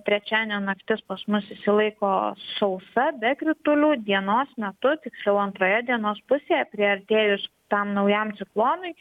trečiadienio naktis pas mus išsilaiko sausa be kritulių dienos metu tiksliau antroje dienos pusėje priartėjus tam naujam ciklonui